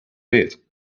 bit